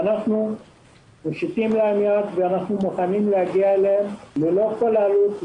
אנחנו מושיטים להם יד ואנחנו מוכנים להגיע אליהם ללא כל עלות,